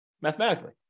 mathematically